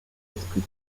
esprit